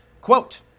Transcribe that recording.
quote